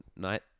Night